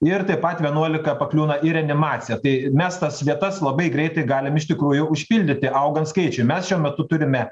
ir taip pat vienuolika pakliūna į reanimaciją tai mes tas vietas labai greitai galim iš tikrųjų užpildyti augant skaičiui mes šiuo metu turime